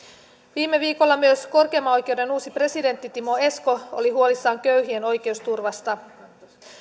viime viikolla myös korkeimman oikeuden uusi presidentti timo esko oli huolissaan köyhien oikeusturvasta